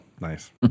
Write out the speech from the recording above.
nice